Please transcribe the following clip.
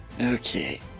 Okay